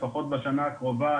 לפחות בשנה הקרובה,